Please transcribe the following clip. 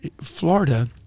Florida